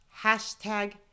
hashtag